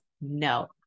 No